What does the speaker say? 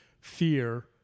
fear